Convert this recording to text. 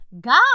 God